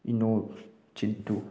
ꯏꯅꯣꯜ ꯆꯤꯟꯇꯨ